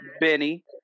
Benny